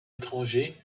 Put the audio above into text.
étrangers